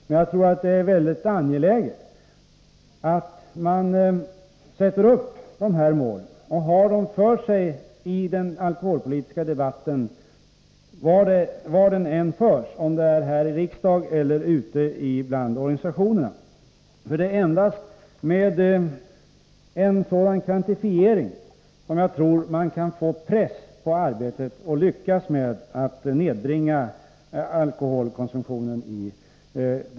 Men jag tror att det är mycket angeläget att man sätter upp de här målen och har dem med i den alkoholpolitiska debatten var den än förs, vare sig det är här i riksdagen eller ute i organisationerna. Det är endast med en sådan kvantifiering som jag tror att man kan få press på arbetet och lyckas med att varaktigt nedbringa alkoholkonsumtionen.